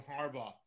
Harbaugh